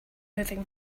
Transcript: moving